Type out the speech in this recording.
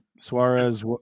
Suarez